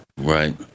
Right